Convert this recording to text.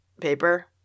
paper